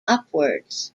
upwards